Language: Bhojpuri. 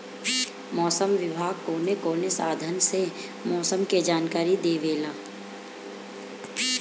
मौसम विभाग कौन कौने साधन से मोसम के जानकारी देवेला?